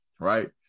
right